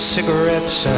Cigarettes